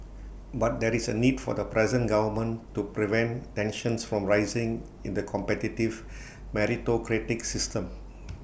but there is A need for the present government to prevent tensions from rising in the competitive meritocratic system